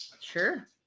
Sure